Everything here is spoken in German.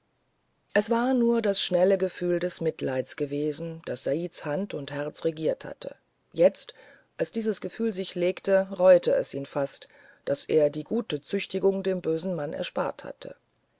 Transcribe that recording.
es war nur das schnelle gefühl des mitleids gewesen was saids hand und herz regiert hatte jetzt als dieses gefühl sich legte reute es ihn fast daß er die gute züchtigung dem bösen mann erspart hatte